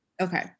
Okay